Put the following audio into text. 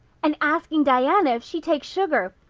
and asking diana if she takes sugar!